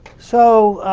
so,